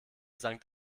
sankt